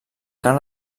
carn